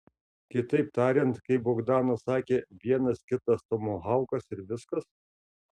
kitaip tariant kaip bogdanas sakė vienas kitas tomahaukas ir viskas